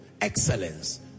excellence